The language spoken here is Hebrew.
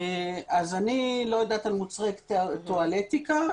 אני לא יודעת על מוצרי טואלטיקה.